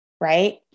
right